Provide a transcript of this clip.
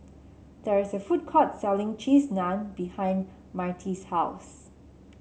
there is a food court selling Cheese Naan behind Myrtie's house